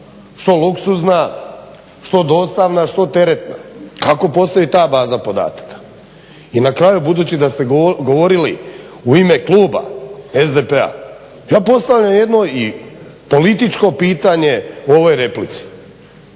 što luksuzna, što dostavna, što teretna. Kako postoji ta baza podataka? I na kraju, budući da ste govorili u ime kluba SDP-a ja postavljam jedno i političko pitanje u ovoj replici,